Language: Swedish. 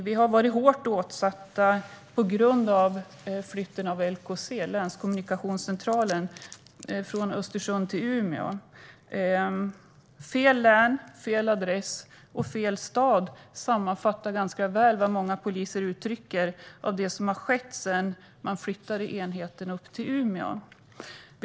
Vi har varit hårt ansatta på grund av flytten av LKC, Länskommunikationscentralen, från Östersund till Umeå. Fel län, fel adress och fel stad sammanfattar väl vad många poliser uttrycker av det som har skett sedan enheten flyttades upp till Umeå.